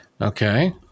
Okay